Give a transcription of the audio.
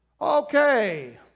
Okay